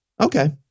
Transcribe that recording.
Okay